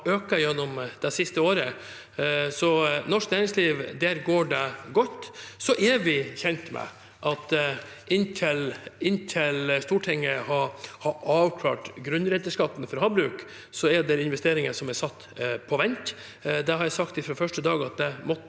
det har økt gjennom det siste året. Så i norsk næringsliv går det godt. Vi er kjent med at inntil Stortinget har avklart grunnrenteskatten for havbruk, er det investeringer som er satt på vent. Det har jeg sagt fra første dag at vi måtte